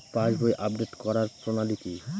পাসবই update করার প্রণালী কি?